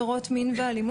של פגיעה בפרטיות.